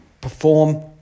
perform